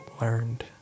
learned